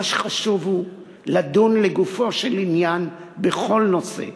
מה שחשוב הוא לדון לגופו של עניין בכל נושא.